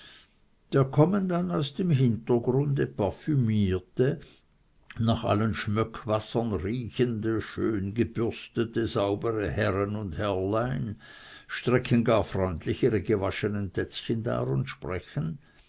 da kommen dann aus dem hintergrunde parfümierte nach allen schmöckwassern riechende schön gebürstete saubere herren und herrlein strecken gar freundlich ihre gewaschenen tätzchen dar und sprechen